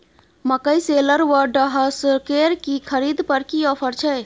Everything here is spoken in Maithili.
मकई शेलर व डहसकेर की खरीद पर की ऑफर छै?